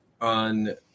On